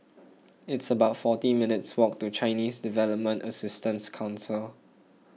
it's about forty minutes' walk to Chinese Development Assistance Council